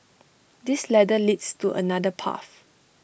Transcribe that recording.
this ladder leads to another path